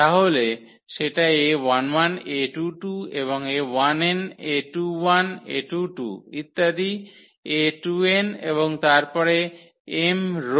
তাহলে সেটা a11 a22 এবং a1n a21 a22 ইত্যাদি a2n এবং তারপর m রো